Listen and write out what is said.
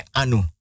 anu